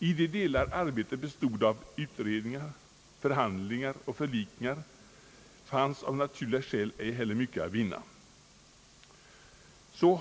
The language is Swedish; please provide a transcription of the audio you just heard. I de delar arbetet bestod av utredningar, förhandlingar och förlikningar fanns av naturliga skäl ej heller mycket att vinna.